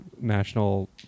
National